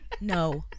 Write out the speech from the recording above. No